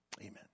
Amen